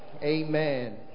amen